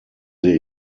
sehe